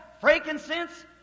frankincense